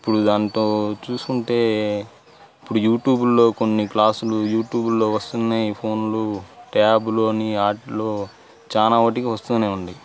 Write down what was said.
ఇప్పుడు దాంతో చూసుకుంటే ఇప్పుడు యూట్యూబ్లలో కొన్ని క్లాసులు యూట్యూబ్లలో వస్తున్నాయి ఫోన్లు ట్యాబ్లు అని వాటిలో చాలవాటికి వస్తు ఉంది